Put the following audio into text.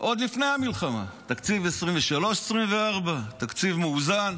עוד לפני המלחמה, תקציב 2023 2024, תקציב מאוזן,